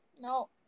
No